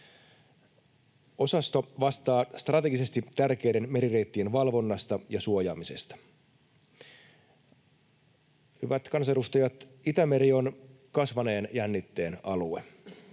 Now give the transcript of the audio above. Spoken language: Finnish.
Osasto vastaa strategisesti tärkeiden merireittien valvonnasta ja suojaamisesta. Hyvät kansanedustajat! Itämeri on kasvaneen jännitteen alue.